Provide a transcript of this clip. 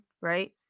right